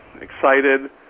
excited